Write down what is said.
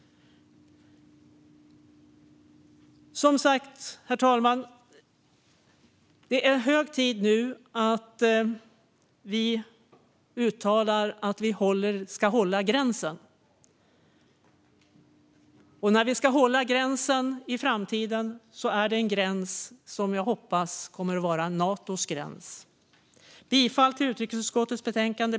Herr talman! Det är som sagt hög tid nu att vi uttalar att vi ska hålla gränsen. Och när vi ska hålla gränsen i framtiden är det en gräns som jag hoppas kommer att vara Natos gräns. Jag yrkar bifall till förslaget i utrikesutskottets betänkande.